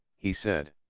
he said